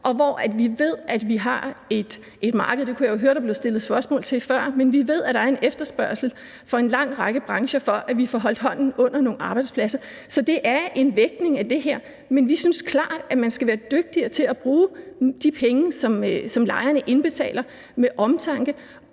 spørgsmål til før – hvor vi ved, at der er en efterspørgsel fra en lang række brancher efter, at vi får holdt hånden under nogle arbejdspladser. Så det er en vægtning, men vi synes klart, at man skal være dygtigere til at bruge de penge, som lejerne indbetaler, med omtanke,